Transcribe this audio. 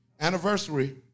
Anniversary